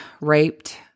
raped